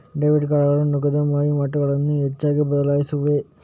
debit ಕಾರ್ಡುಗಳು ನಗದು ವಹಿವಾಟುಗಳನ್ನು ಹೆಚ್ಚಾಗಿ ಬದಲಾಯಿಸಿವೆ